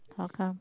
how come